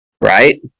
right